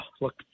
look